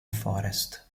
forest